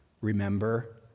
Remember